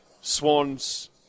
swans